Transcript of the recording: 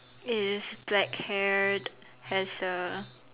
is black haired has a